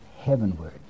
heavenward